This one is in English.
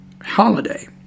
holiday